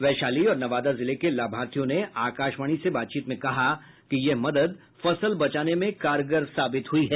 वैशाली और नवादा जिले के लाभार्थियों ने आकाशवाणी से बातचीत में कहा यह मदद फसल बचाने में कारगर साबित हुई है